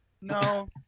No